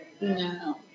No